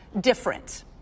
different